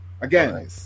Again